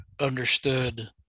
understood